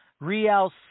Real